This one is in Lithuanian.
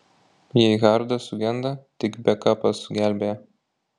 jei hardas sugenda tik bekapas gelbėja